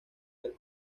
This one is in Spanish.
del